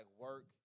work